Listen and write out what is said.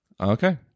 okay